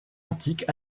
antiques